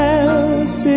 else